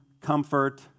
comfort